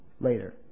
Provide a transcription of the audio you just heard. later